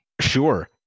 Sure